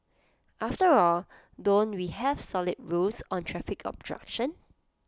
after all don't we have solid rules on traffic obstruction